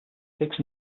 figs